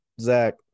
Zach